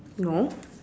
no